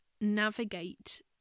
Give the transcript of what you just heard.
navigate